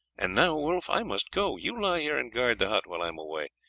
and now, wolf, i must go. you lie here and guard the hut while i am away.